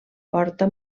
porta